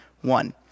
one